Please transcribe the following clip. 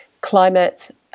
climate